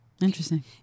interesting